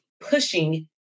pushing